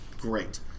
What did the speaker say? great